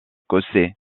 cossé